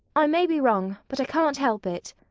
i may be wrong but i can't help it.